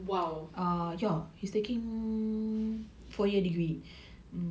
!wow!